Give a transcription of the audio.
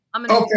Okay